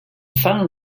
found